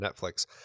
Netflix